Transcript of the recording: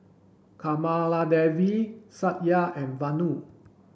Kamaladevi Satya and Vanu